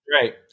right